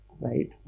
right